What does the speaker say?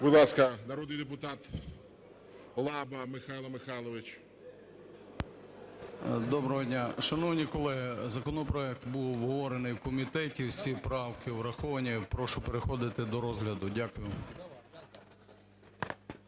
Будь ласка, народний депутат Лаба Михайло Михайлович. 14:19:22 ЛАБА М.М. Доброго дня! Шановні колеги, законопроект був обговорений в комітеті, всі правки враховані, прошу переходити до розгляду. Дякую.